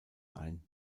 ein